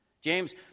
James